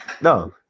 No